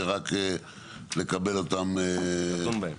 ורק לדון בהן